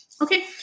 Okay